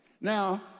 Now